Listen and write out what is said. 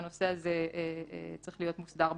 שהנושא הזה צריך להיות מוסדר בתקנות.